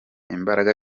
imbaraga